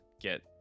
get